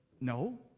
No